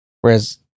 whereas